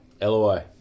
LOI